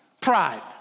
Pride